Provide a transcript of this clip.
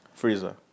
Frieza